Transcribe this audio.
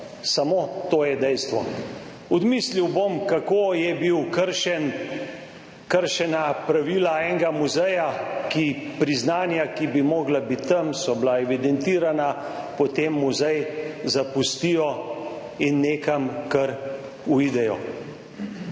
Samo to je dejstvo. Odmislil bom, kako so bila kršena pravila enega muzeja. Priznanja, ki bi morala biti tam, so bila evidentirana, potem muzej zapustijo in nekam kar uidejo.